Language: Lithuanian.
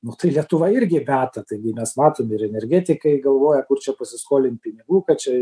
nu tai lietuva irgi meta taigi mes matom ir energetikai galvoja kur čia pasiskolint pinigų kad čia